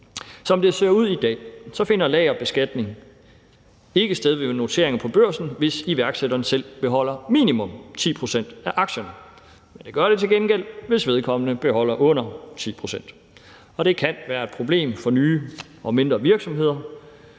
Som det ser ud i dag, finder lagerbeskatning ikke sted ved noteringer på børsen, hvis iværksætteren selv beholder minimum 10 pct. af aktierne, men det gør det til gengæld, hvis vedkommende beholder under 10 pct. Og det kan være et problem for nye og mindre virksomheder.